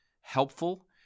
helpful